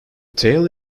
tale